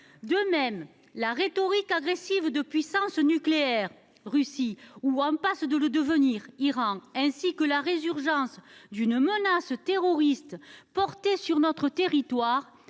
De même, la rhétorique agressive de puissances nucléaires, comme la Russie, ou en passe de le devenir, comme l’Iran, ainsi que la résurgence d’une menace terroriste sur notre territoire